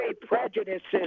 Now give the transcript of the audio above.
prejudices